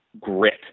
grit